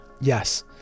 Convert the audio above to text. yes